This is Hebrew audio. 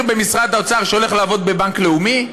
במשרד האוצר שהולך לעבוד בבנק לאומי?